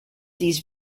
these